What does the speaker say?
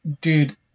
Dude